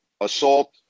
assault